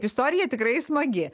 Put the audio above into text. istorija tikrai smagi